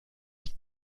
sich